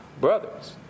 brothers